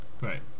Right